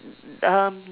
um